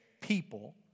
people